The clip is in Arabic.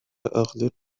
أغلق